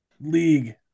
League